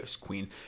queen